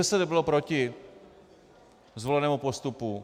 ŘSD bylo proti zvolenému postupu.